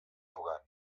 jugant